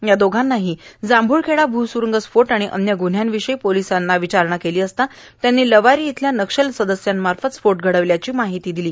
या दोघांना जांभूळखेडा भूसुरुंगस्फोट अन्य गुन्ह्यांविषयी पोलिसांनी विचारणा केली असता त्यांनी लवारी इथल्या नक्षल सदस्यांमार्फत स्फोट घडविल्याची माहिती दिली